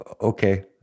Okay